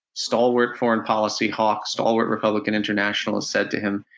stalwart foreign policy hawk, stalwart republican internationalist, said to him,